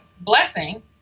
blessing